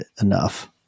enough